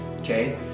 okay